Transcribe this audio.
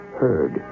heard